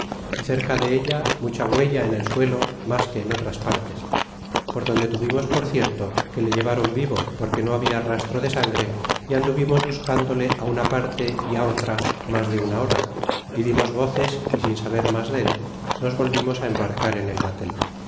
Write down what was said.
y cerca de ella mucha huella en el suelo mas que en otras partes por donde tuvimos por cierto que le llevron vivo porque no había rastro de sangre y anduvimos buscándole una parte y otra mas de una hora y dimos voces y sin mas saber del nos volvimos á embarcar en el batel